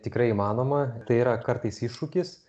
tikrai įmanoma tai yra kartais iššūkis